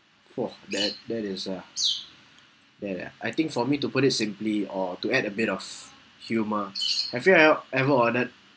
!whoa! that that is uh that ah I think for me to put it simply or to add a bit of humour have you ev~ ever ordered